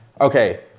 okay